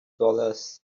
dollars